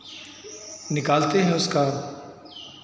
निकालते हैं उसका